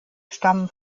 stammen